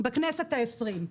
בכנסת העשרים,